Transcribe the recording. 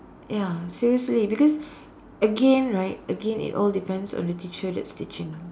ya seriously because again right again it all depends on the teacher that's teaching